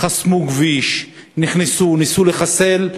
חסמו כביש, נכנסו, ניסו לחסל.